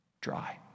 dry